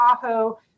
Tahoe